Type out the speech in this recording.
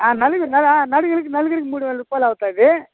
నలుగురు నలుగురికి నలుగురికి మూడు వేల రూపాలు అవుతుంది